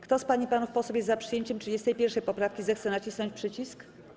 Kto z pań i panów posłów jest za przyjęciem 31. poprawki, zechce nacisnąć przycisk.